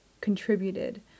contributed